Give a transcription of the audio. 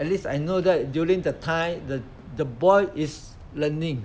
at least I know that during the time the the boy is learning